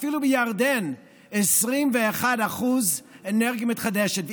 אפילו בירדן 21% אנרגיה מתחדשת,